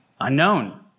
unknown